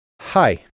Hi